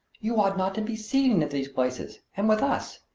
you ought not to be seen at these places, and with us.